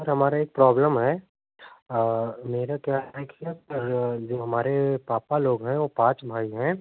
sir हमारा एक problem है मेरा क्या है कि जो हमारे पापा लोग हैं वो पाँच भाई हैं